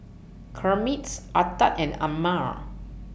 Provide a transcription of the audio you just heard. Kermits Ardath and Amare